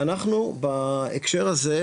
ואנחנו בהקשר הזה,